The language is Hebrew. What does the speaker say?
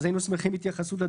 היינו שמחים להתייחסות.